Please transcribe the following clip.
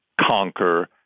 conquer